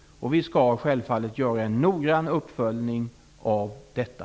Vi skall självfallet göra en noggrann uppföljning av detta.